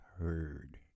heard